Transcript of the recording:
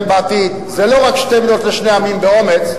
בעתיד זה לא רק שתי מדינות לשני עמים באומץ,